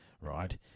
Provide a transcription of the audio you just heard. right